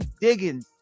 digging